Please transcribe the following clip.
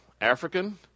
African